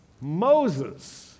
Moses